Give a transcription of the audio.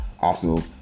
Arsenal